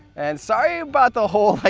and sorry about the whole like,